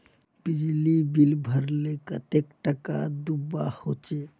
बिजली बिल भरले कतेक टाका दूबा होचे?